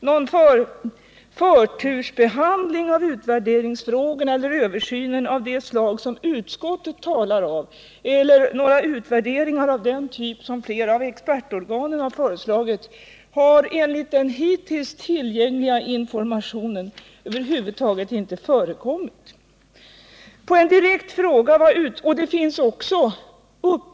Någon förtursbehandling av utvärderingsfrågorna eller översyn av det slag som utskottet talar om eller någon utvärdering av den typ som flera av expertorganen har föreslagit har enligt den hittills tillgängliga informationen över huvud taget inte förekommit.